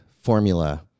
formula